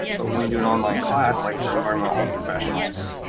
but when we do an online class like for environment health professionals,